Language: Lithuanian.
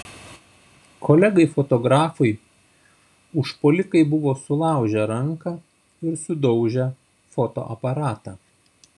kolegai fotografui užpuolikai buvo sulaužę ranką ir sudaužę fotoaparatą